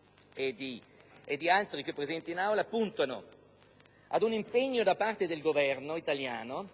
e da altri senatori, puntano a sollecitare un impegno da parte del Governo italiano